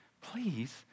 Please